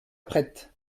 prête